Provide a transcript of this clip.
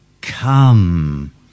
come